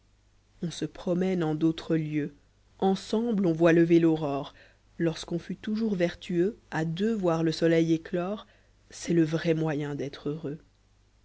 von se promène en d'autres lieux ensemblo on voit lever l'aurore lorsqu'on fut toujours vertueux a deux voir le soleil éclore c'est le vrai moyen d'être heureux